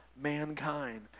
mankind